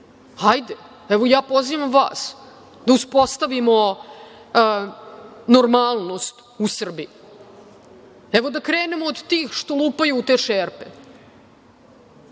hajde, evo, ja pozivam vas da uspostavimo normalnost u Srbiji. Evo, da krenemo od tih što lupaju u te šerpe,